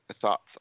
thoughts